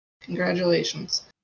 congratulations